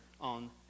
on